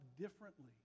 differently